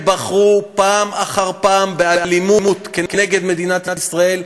שבחרו פעם אחר פעם באלימות נגד מדינת ישראל,